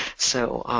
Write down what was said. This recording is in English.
so